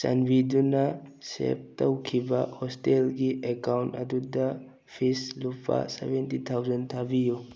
ꯆꯥꯟꯕꯤꯗꯨꯅ ꯁꯦꯞ ꯇꯧꯈꯤꯕ ꯍꯦꯁꯇꯦꯜꯒꯤ ꯑꯦꯛꯀꯥꯎꯟ ꯑꯗꯨꯗ ꯐꯤꯁ ꯂꯨꯄꯥ ꯁꯕꯦꯟꯇꯤ ꯊꯥꯎꯖꯟ ꯊꯥꯕꯤꯌꯨ